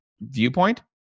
viewpoint